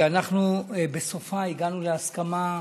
ואנחנו בסופה הגענו להסכמה,